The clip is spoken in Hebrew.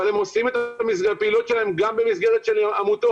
אבל הם עושים את הפעילות שלהם גם במסגרת של עמותות.